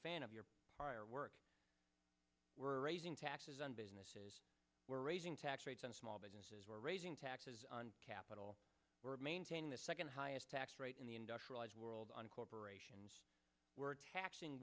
fan of your work we're raising taxes on businesses we're raising tax rates on small businesses we're raising taxes on capital we're maintaining the second highest tax rate in the industrialized world on corporations w